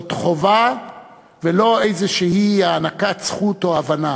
זאת חובה ולא איזושהי הענקת זכות או הבנה.